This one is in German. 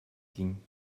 ging